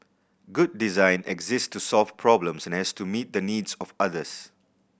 good design exists to solve problems and has to meet the needs of others